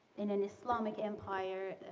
in an islamic empire,